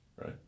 right